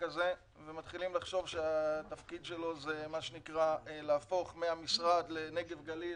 הזה וחושבים שהתפקיד שלו הוא להפוך מהמשרד לנגב-גליל